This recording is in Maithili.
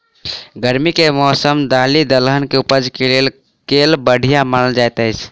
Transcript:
गर्मी केँ मौसम दालि दलहन केँ उपज केँ लेल केल बढ़िया मानल जाइत अछि?